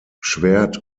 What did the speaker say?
schwert